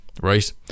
right